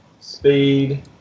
Speed